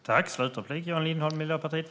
Herr talman! Jag har redan tydligt sagt detta.